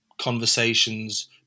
conversations